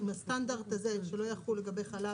האם הסטנדרט הזה שלא יחול לגבי חלב,